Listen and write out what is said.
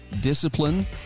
discipline